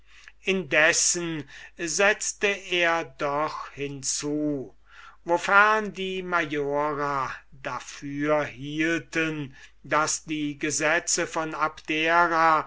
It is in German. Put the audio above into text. indessen setzte er doch hinzu wofern die majora davor hielten daß die gesetze von abdera